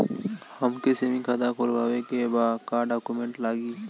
हमके सेविंग खाता खोलवावे के बा का डॉक्यूमेंट लागी?